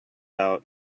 out